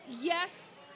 yes